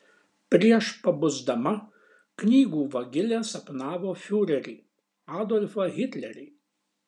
prieš pabusdama knygų vagilė sapnavo fiurerį adolfą hitlerį